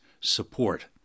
support